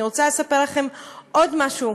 אני רוצה לספר לכם עוד משהו,